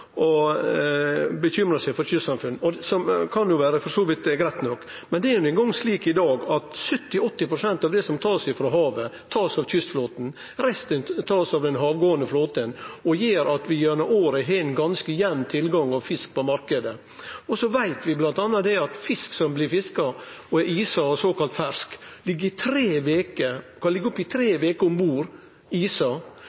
og bekymrar seg for kystsamfunna – som for så vidt kan vere greitt nok. Men det er no ein gong slik i dag at 70–80 pst. av det som ein tek frå havet, blir tatt av kystflåten. Resten blir tatt av den havgåande flåten og gjer at vi gjennom året har ein ganske jamn tilgang av fisk på marknaden. Vi veit bl.a. at fisk som blir fiska, som er isa og såkalla fersk, kan liggje opptil tre veker